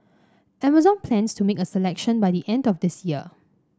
Amazon plans to make a selection by the end of this year